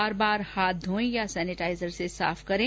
बार बार हाथ धोएं या सेनेटाइजर से साफ करें